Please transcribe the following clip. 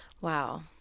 Wow